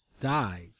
dive